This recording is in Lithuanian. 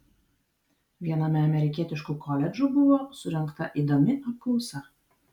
viename amerikietiškų koledžų buvo surengta įdomi apklausa